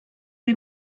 die